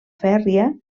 fèrria